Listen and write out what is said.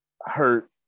Hurt